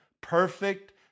Perfect